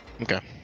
Okay